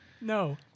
No